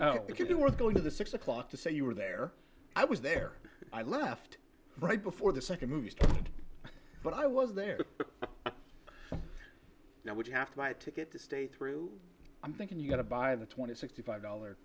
were going to the six o'clock to say you were there i was there i left right before the second movie but i was there now would you have to buy a ticket to stay through i'm thinking you got to buy the twenty sixty five dollar